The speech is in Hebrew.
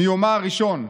מיומה הראשון,